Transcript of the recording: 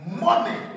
money